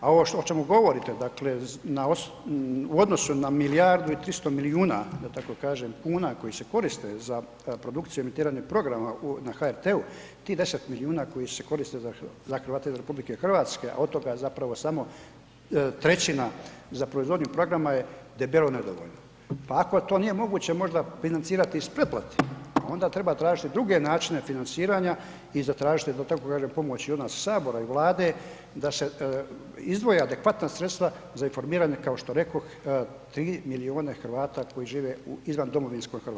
A ovo o čemu govorite, dakle u odnosu na milijardu i 300 milijuna da tako kažem, kuna koji se koriste za produkciju emitiranja programa na HRT-u, ti 10 milijuna koji se koriste za Hrvate izvan RH, a od toga zapravo samo trećina za proizvodnju programa je debelo nedovoljno, pa ako to nije moguće možda financirati iz preplate onda treba tražiti druge načine financiranja i zatražiti da tako kažem pomoć i od nas sabora i Vlade da se izdvoje adekvatna sredstva za informiranje kao što rekoh 3 milijuna Hrvata koji žive u izvan domovinskoj Hrvatskoj.